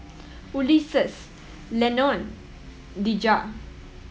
Ulises Lennon Dejah